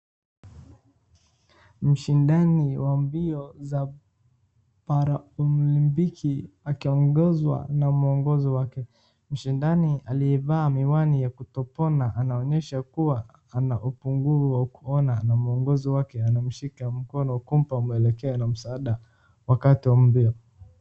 Mshindani wa mbio za para-olympics akiongozwa na mwongozi wake, mshindani aliyevaa miwani ya kutopona anaonyesha kuwa ana upungufu wa kuona, na mwongozi wake anamshika mkono kumpa mwelekeo na msaada wakati wa mbio.